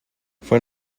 fue